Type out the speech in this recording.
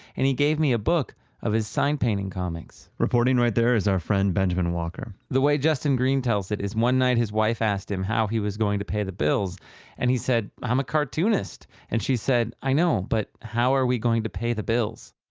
and he gave me a book of his sign painting comics reporting right there is our friend benjamin walker the way justin green tells it is one night his wife asked him how he was going to pay the bills and he said, i'm a cartoonist and she said, i know but how are we going to pay the bills?